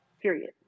Period